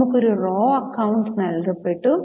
നമുക് ഒരു raw account നൽകപ്പെട്ടു